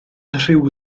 rhyw